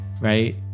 Right